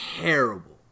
terrible